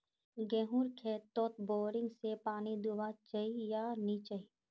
गेँहूर खेतोत बोरिंग से पानी दुबा चही या नी चही?